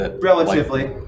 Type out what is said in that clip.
Relatively